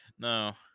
No